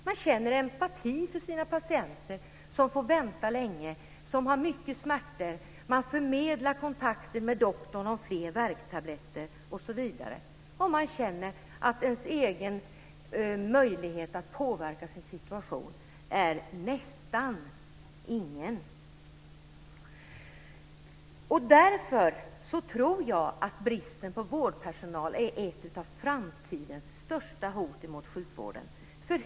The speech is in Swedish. Man känner empati för sina patienter som får vänta länge, som har mycket smärtor. Man förmedlar kontakten med doktorn om fler värktabletter, osv. Man känner att man nästan inte har någon möjlighet att påverka sin situation. Därför tror jag att bristen på vårdpersonal är ett av framtidens största hot mot sjukvården.